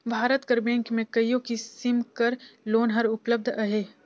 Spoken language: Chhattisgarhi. भारत कर बेंक में कइयो किसिम कर लोन हर उपलब्ध अहे